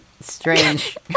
strange